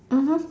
mmhmm